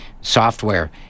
software